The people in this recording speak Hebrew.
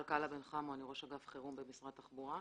ראש אגף חירום במשרד התחבורה.